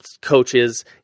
coaches